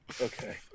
Okay